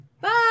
Bye